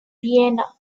vienna